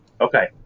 Okay